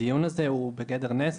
הדיון הזה הוא בגדר נס.